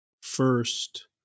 first